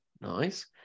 nice